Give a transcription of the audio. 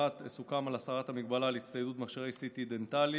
סוכם על הסרת המגבלה על הצטיידות במכשירי CT דנטלי.